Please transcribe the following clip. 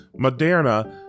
Moderna